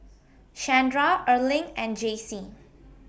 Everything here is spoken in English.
Shandra Erling and Jaycee